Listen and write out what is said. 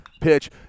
pitch